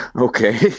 Okay